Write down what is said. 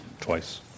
Twice